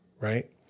right